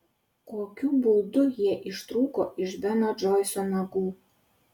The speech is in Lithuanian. kokiu būdu jie ištrūko iš beno džoiso nagų